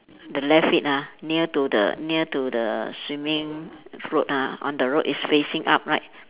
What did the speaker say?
the left feet ah near to the near to the swimming float ah on the road is facing up right